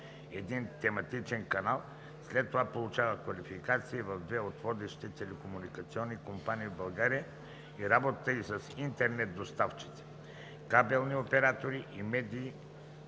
един тематичен канал. След това получава квалификация в две от водещите телекомуникационни компании в България и работата ѝ с интернет доставчици, кабелни оператори и медии